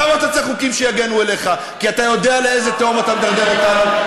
חבר הכנסת מוטי יוגב, זה בא במקום ההודעה האישית